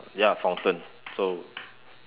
ya fountain so